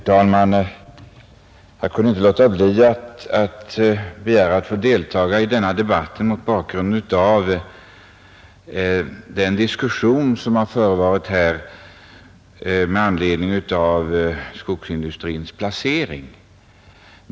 Herr talman! Jag kunde inte låta bli att begära att få deltaga i denna debatt mot bakgrunden av den diskussion som har förevarit här om skogsindustrins placering.